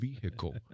vehicle